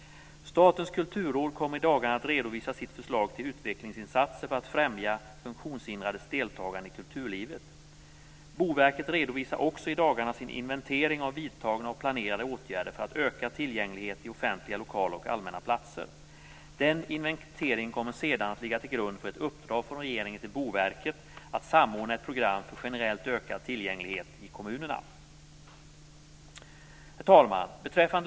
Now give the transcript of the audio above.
Statens kulturråd kommer i dagarna att redovisa sitt förslag till utvecklingsinsatser för att främja funktionshindrades deltagande i kulturlivet. Boverket redovisar också i dagarna sin inventering av vidtagna och planerade åtgärder för att öka tillgänglighet i offentliga lokaler och allmänna platser. Den inventeringen kommer sedan att ligga till grund för ett uppdrag från regeringen till Boverket att samordna ett program för generellt ökad tillgänglighet i kommunerna. Herr talman!